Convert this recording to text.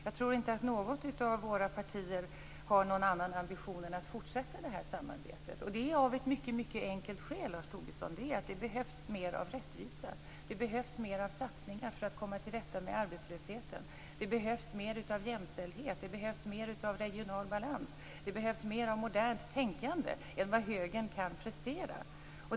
Jag tror inte att något av våra partier har någon annan ambition än att fortsätta samarbetet och det av ett mycket enkelt skäl, Lars Tobisson. Det behövs mer av rättvisa. Det behövs mer av satsningar för att komma till rätta med arbetslösheten. Det behövs mer av jämställdhet, av regional balans, av modernt tänkande än vad högern kan prestera.